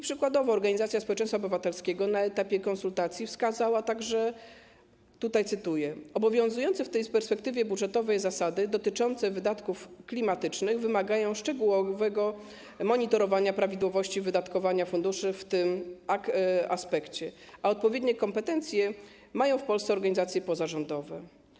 Przykładowo organizacja społeczeństwa obywatelskiego na etapie konsultacji wskazała, cytuję: obowiązujące w tej perspektywie budżetowej zasady dotyczące wydatków klimatycznych wymagają szczegółowego monitorowania prawidłowości wydatkowania funduszy w tym aspekcie, a odpowiednie kompetencje mają w Polsce organizacje pozarządowe.